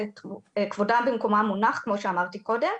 שכבודם במקומם מונח כמו שאמרתי קודם,